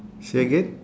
say again